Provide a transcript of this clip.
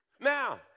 now